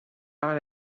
par